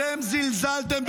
אתם זלזלתם בזה.